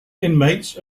inmates